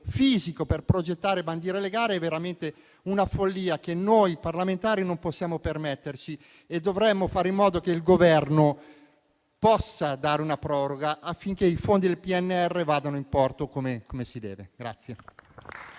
fisico per progettare e bandire le gare è veramente una follia che noi parlamentari non possiamo permetterci e dovremmo fare in modo che il Governo possa dare una proroga affinché i fondi del PNR vadano in porto come si deve.